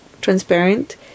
transparent